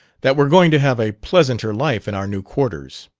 that we're going to have a pleasanter life in our new quarters.